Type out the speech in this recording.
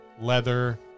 leather